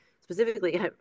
specifically